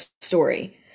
story